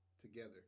together